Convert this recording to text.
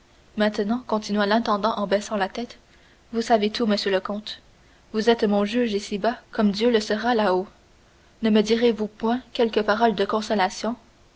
maintenant continua l'intendant en baissant la tête vous savez tout monsieur le comte vous êtes mon juge ici-bas comme dieu le sera là-haut ne me direz-vous point quelques paroles de consolation